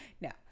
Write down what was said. No